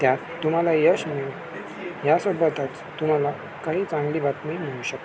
त्यात तुम्हाला यश मिळेल यासोबतच तुम्हाला काही चांगली बातमी मिळू शकते